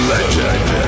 Legend